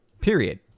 Period